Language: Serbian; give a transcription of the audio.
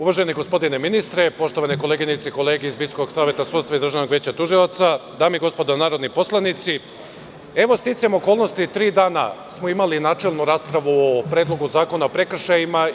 Uvaženi gospodine ministre, poštovane koleginice i kolege iz Visokog saveta sudstva i Državnog veća tužilaca, dame i gospodo narodni poslanici, sticajem okolnosti tri dana smo imali načelnu raspravu o Predlogu zakona o prekršajima.